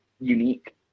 unique